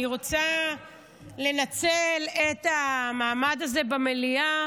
אני רוצה לנצל את המעמד הזה במליאה